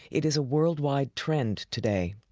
it is a worldwide trend today.